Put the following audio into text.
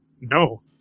no